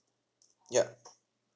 ya